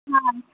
ہاں